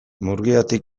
murgiatik